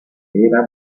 era